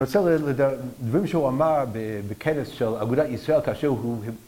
אני רוצה ל... דברים שהוא אמר בכנס של אגודת ישראל כאשר הוא